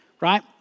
right